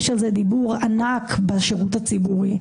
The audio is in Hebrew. יש על זה דיבור ענק בשירות הציבורי,